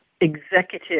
executive